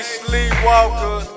sleepwalker